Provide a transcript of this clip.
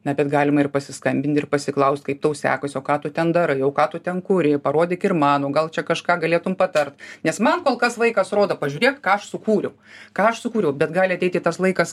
na bet galima ir pasiskambint ir pasiklaust kaip to sekas o ką tu ten darai o ką tu ten kuri parodyk ir man o gal čia kažką galėtum patar nes man kol kas vaikas rodo pažiūrėk ką aš sukūriau ką aš sukūriau bet gali ateiti tas laikas